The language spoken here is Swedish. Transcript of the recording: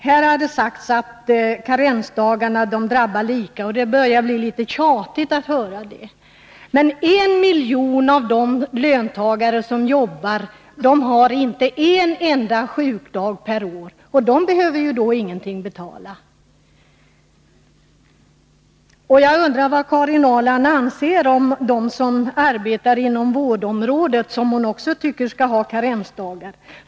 Här har sagts att karensdagarna drabbar lika, och det börjar bli litet tjatigt att höra det. Men en miljon av löntagarna har inte en enda sjukdag per år, och de behöver ju då ingenting betala. Jag undrar vad Karin Ahrland anser om dem som arbetar inom vårdområdet, som hon också tycker skall ha karensdagar.